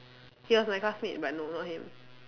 he was my classmate but no not him